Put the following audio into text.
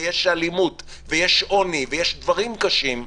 ויש אלימות ויש עוני ויש דברים קשים,